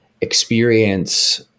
experience